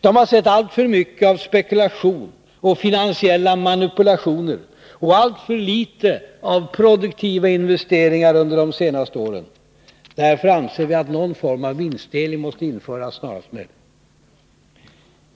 De har sett alltför mycket av spekulation och finansiella manipulationer och alltför litet av produktiva investeringar under de senaste åren. Därför anser vi att någon form av vinstdelning måste införas snarast möjligt.